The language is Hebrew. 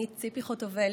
אני, ציפי חוטובלי,